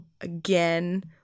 again